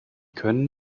können